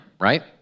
right